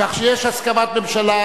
כך שיש הסכמת הממשלה,